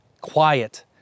quiet